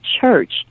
church